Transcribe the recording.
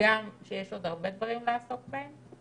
הגם שיש עוד הרבה דברים לעסוק בהם.